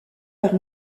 par